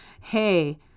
Hey